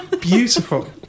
beautiful